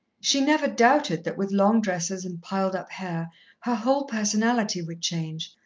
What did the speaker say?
she never doubted that with long dresses and piled-up hair, her whole personality would change,